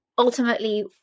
ultimately